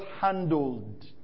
handled